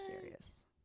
serious